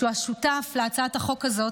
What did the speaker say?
הוא השותף להצעת החוק הזאת,